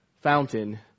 fountain